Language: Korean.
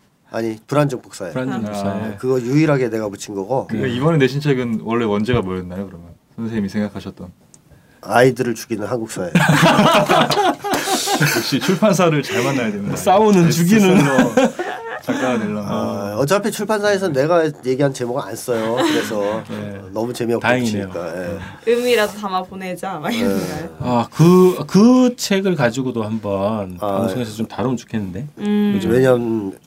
아니, 불안정 복사예요. 불안정 복사. 아. 아. 그거 유일하게 내가 붙인 거고. 그거 이번에 내신 책은 원래 원제가 뭐였나요, 그러면? 선생님이 생각하셨던. 아이들을 죽이는 한국사예요. 역시 출판사를 잘 만나야 됩니다. 싸우는, 베스트셀러 죽이는. 작가가 되려면. 어, 어차피 출판사에선 내가 얘기한 제목은 안 써요. 그래서 네. 너무 재미없게 다행이네요. 붙이니까. 예. 의미라도 담아 보내자, 막 이런 예. 거예요. 아, 그- 그 책을 가지고도 한번 아, 방송에서 좀 다루면 좋겠는데? 음. 그렇죠? 왜냐면